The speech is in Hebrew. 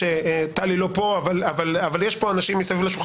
טלי לא פה אבל יש פה אנשים מסביב לשולחן